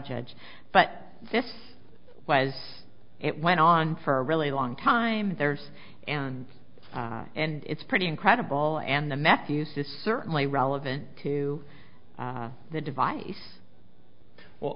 judge but this was it went on for a really long time there's and and it's pretty incredible and the meth use is certainly relevant to the device